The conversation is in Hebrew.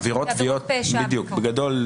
בגדול,